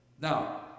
Now